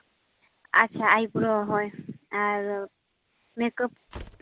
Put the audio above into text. ᱟᱪᱪᱷᱟ ᱟᱭᱵᱨᱳ ᱦᱳᱭ ᱟᱨ ᱢᱮᱠᱟᱯ